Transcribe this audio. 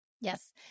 Yes